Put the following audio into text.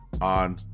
on